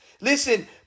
Listen